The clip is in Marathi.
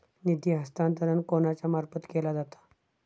निधी हस्तांतरण कोणाच्या मार्फत केला जाता?